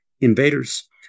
invaders